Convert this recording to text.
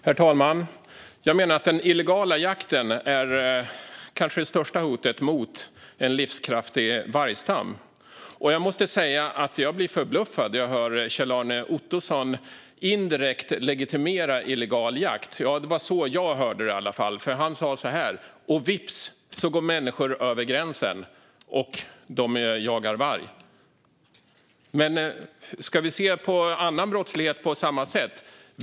Herr talman! Jag menar att den illegala jakten kanske är det största hotet mot en livskraftig vargstam. Jag blir förbluffad när jag hör Kjell-Arne Ottosson indirekt legitimera illegal jakt. Det var i alla fall så jag uppfattade det. Han sa så här: Och vips så går människor över gränsen och jagar varg. Ska vi se på annan brottslighet på samma sätt?